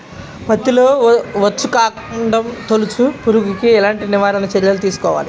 పత్తిలో వచ్చుకాండం తొలుచు పురుగుకి ఎలాంటి నివారణ చర్యలు తీసుకోవాలి?